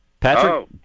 Patrick